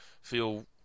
feel